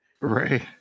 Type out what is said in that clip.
Right